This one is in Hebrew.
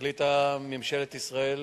החליטה ממשלת ישראל